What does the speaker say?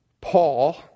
Paul